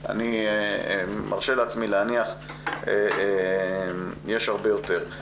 אני מרשה לעצמי להניח שיש הרבה יותר.